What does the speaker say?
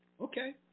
Okay